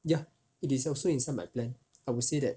ya it is also inside my plan I would say that